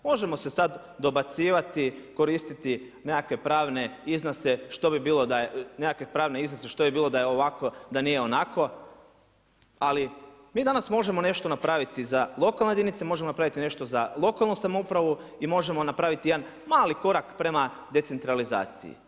Možemo se sada dobacivati, koristiti nekakve pravne iznose što bi bilo, nekakve pravne iznose što bi bilo da je ovako, da nije onako, ali mi danas možemo nešto napraviti za lokalne jedinice, možemo napraviti nešto za lokalnu samoupravu i možemo napraviti jedan mali korak prema decentralizaciji.